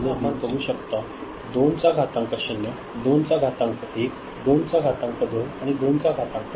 आता आपण बघू शकतो 2 चा घातांक 0 2 चा घातांक 1 2 चा घातांक 2 आणि 2 चा घातांक 3